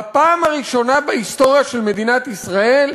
בפעם הראשונה בהיסטוריה של מדינת ישראל,